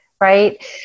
right